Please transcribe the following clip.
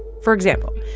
for example,